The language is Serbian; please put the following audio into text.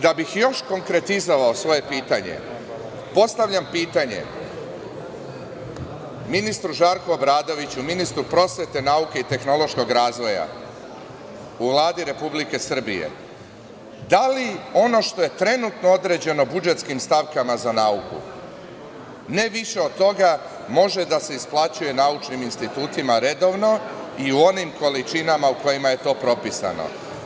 Da bih još konkretizovao svoje pitanje, postavljam pitanje ministru Žarku Obradoviću, ministru prosvete, nauke i tehnološkog razvoja u Vladi Republike Srbije – da li ono što je trenutno određeno budžetskim stavkama za nauku, ne više od toga, može da se isplaćuje naučnim institutima redovno i u onim količinama u kojima je to propisano?